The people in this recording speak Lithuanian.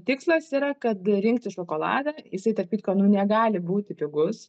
tikslas yra kad rinktis šokoladą jisai tarp kitko nu negali būti pigus